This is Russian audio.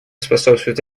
способствуют